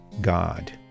God